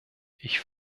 ich